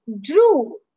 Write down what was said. drew